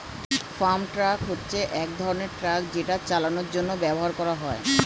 farm truck হচ্ছে এক ধরনের ট্রাক যেটা চাষের জন্য ব্যবহার করা হয়